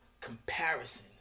comparisons